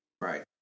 Right